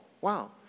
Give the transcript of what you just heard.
Wow